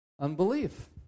Unbelief